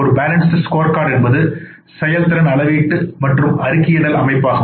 ஒரு பேலன்ஸ்டு ஸ்கோர்கார்டுஎன்பது செயல்திறன் அளவீட்டு மற்றும் அறிக்கையிடல் அமைப்பாகும்